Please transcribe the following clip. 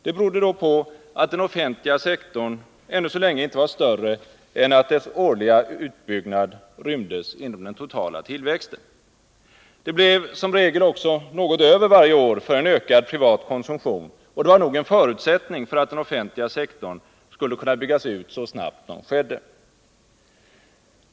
Det berodde på att den offentliga sektorn då ännu så länge inte var större än att dess årliga utbyggnad rymdes inom den totala tillväxten. Det blev som regel också något över varje år för en ökad privat konsumtion, och det var nog en förutsättning för att den offentliga sektorn skulle kunna byggas ut så snabbt som skedde.